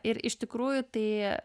ir iš tikrųjų tai